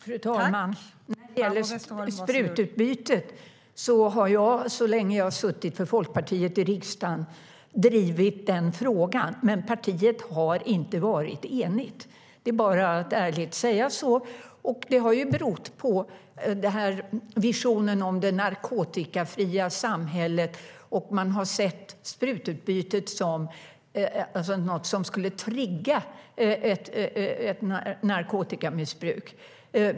Fru talman! När det gäller sprututbytet har jag så länge jag suttit för Folkpartiet i riksdagen drivit den frågan. Men partiet har inte varit enigt; det är bara att ärligt säga. Det har berott på visionen om det narkotikafria samhället. Man har sett sprututbytet som något som skulle trigga ett narkotikamissbruk.